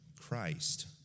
Christ